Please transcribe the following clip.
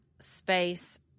space